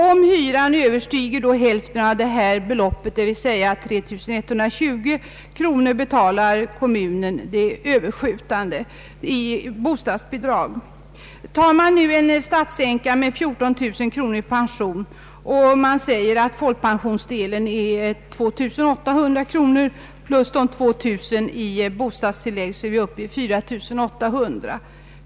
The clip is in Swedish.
Om hyran överstiger hälften av detta belopp, dvs. 3120 kronor, betalar kommunen det överskjutande beloppet i bostadsbidrag. Om vi tar en statstjänaränka med 14 000 kronor i pension, med folkpensionsdelen 2800 kronor plus de 2000 kronorna i bostadstillägg, så är vi uppe i 4800 kronor.